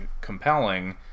compelling